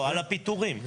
על הפיטורים,